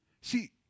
See